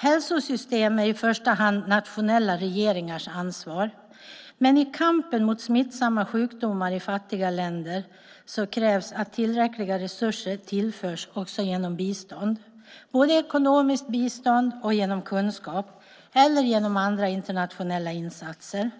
Hälsosystem är i första hand nationella regeringars ansvar men i kampen mot smittsamma sjukdomar i fattiga länder krävs att tillräckliga resurser tillförs genom bistånd - både ekonomiskt bistånd och kunskap - eller genom andra internationella insatser.